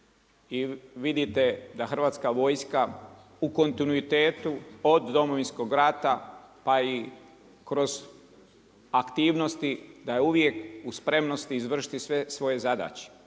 I vidite da Hrvatska vojska u kontinuitetu od Domovinskog rata pa i kroz aktivnosti da je uvijek u spremnosti izvršiti sve svoje zadaće.